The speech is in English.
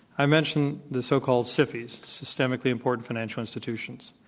i mentioned the so-called sifis, systemically important financial institutions.